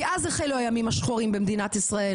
כי אז החלו הימים השחורים במדינת ישראל